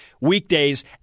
weekdays